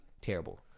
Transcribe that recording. terrible